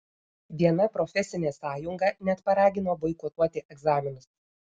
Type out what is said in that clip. viena profesinė sąjunga net paragino boikotuoti egzaminus